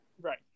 Right